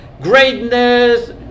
greatness